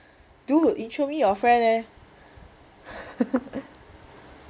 dude intro me your friend eh